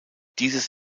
dieses